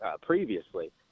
previously